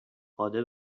قادر